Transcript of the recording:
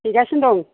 हैगासिनो दं